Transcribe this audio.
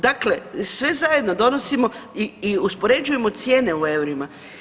Dakle, sve zajedno donosimo i uspoređujemo cijene u eurima.